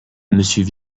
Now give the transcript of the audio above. monsieur